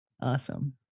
Awesome